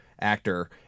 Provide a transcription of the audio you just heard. actor